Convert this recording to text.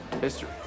History